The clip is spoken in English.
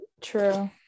True